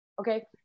Okay